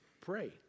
Pray